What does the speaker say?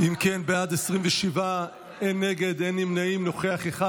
אם כן, בעד, 27, אין נגד, אין נמנעים, נוכח אחד.